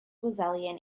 wesleyan